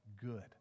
good